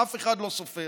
אף אחד לא סופר.